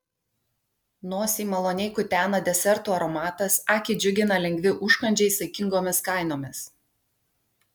nosį maloniai kutena desertų aromatas akį džiugina lengvi užkandžiai saikingomis kainomis